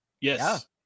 Yes